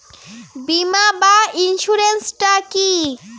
বিমা বা ইন্সুরেন্স টা কি?